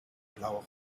blauer